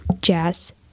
jazz